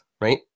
right